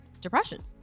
depression